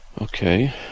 okay